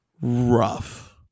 Rough